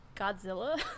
godzilla